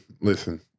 listen